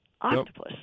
octopus